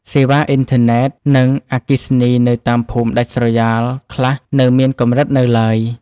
សេវាអ៊ីនធឺណិត និងអគ្គិសនីនៅតាមភូមិដាច់ស្រយាលខ្លះនៅមានកម្រិតនៅឡើយ។